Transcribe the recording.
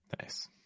Nice